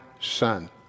son